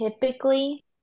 typically